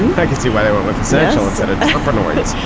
and i can see why they went with essential instead of annoyance.